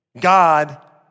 God